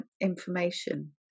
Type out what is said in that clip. information